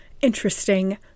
interesting